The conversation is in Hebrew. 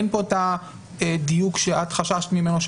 אין פה את הדיוק שאת חששת ממנו,